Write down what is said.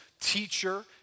Teacher